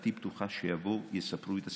דלתי פתוחה, שיבואו ויספרו את הסיפור.